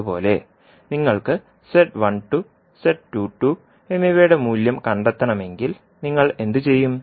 അതുപോലെ നിങ്ങൾക്ക് എന്നിവയുടെ മൂല്യം കണ്ടെത്തണമെങ്കിൽ നിങ്ങൾ എന്തു ചെയ്യും